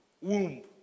womb